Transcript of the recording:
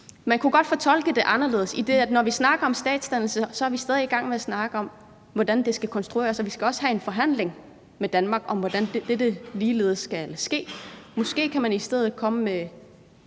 man kunne fortolke det anderledes, for når vi snakker om statsdannelse, er vi stadig i gang med at snakke om, hvordan det skal konstrueres. Og vi skal ligeledes have en forhandling med Danmark om, hvordan dette skal ske. Måske kunne man i stedet komme med